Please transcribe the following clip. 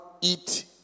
eat